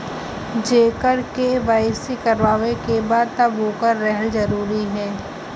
जेकर के.वाइ.सी करवाएं के बा तब ओकर रहल जरूरी हे?